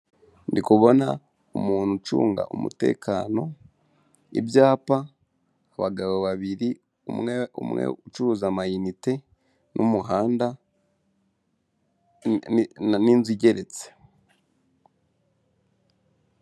Ndi kubona umuntu ucunga umutekano, ibyapa, abagabo babiri, umwe ucuruza amayinite, n'umuhanda, n'inzu igeretse.